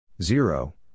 Zero